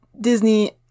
Disney